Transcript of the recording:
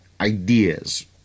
ideas